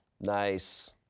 Nice